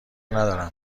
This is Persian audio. ندارم